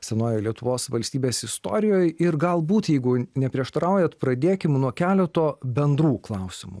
senojoj lietuvos valstybės istorijoj ir galbūt jeigu neprieštaraujat pradėkim nuo keleto bendrų klausimų